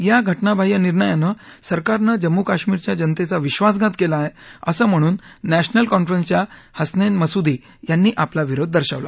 या घटनाबाह्य निर्णयानं सरकारनं जम्मू कश्मिरच्या जनतेचा विश्वासघात केला आहे असं म्हणून नष्प्रिल कॉन्फरन्सच्या हस्नप्तमसूदी यांनी आपला विरोध दर्शवला